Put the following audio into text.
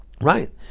Right